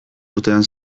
urtean